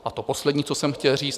A to poslední, co jsem chtěl říct.